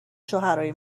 شوهرای